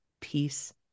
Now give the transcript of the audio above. peace